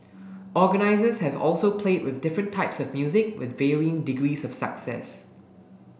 organisers have also played with different types of music with varying degrees of success